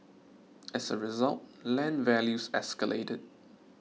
as a result land values escalated